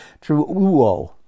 true